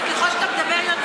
אבל ככל שאתה מדבר יותר,